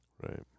Right